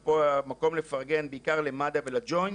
וזה המקום לפרגן בעיקר למד"א ולג'וינט